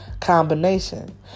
combination